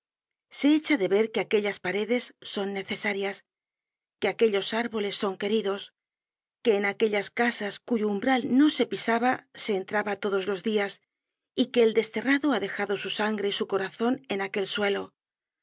se echa de ver que aquellas paredes son necesarias que aquellos árboles son queridos que en aquellas casas cuyo umbral no se pisaba se entraba todos los dias y que el desterrado ha dejado su sangre y su corazon en aquel suelo